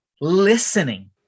listening